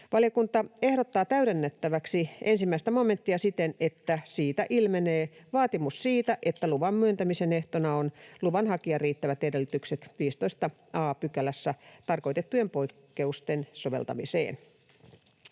Valiokunta ehdottaa täydennettäväksi 1 momenttia siten, että siitä ilmenee vaatimus siitä, että luvan myöntämisen ehtona on luvanhakijan riittävät edellytykset 15 a §:ssä tarkoitettujen poikkeusten soveltamiseen.